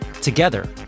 Together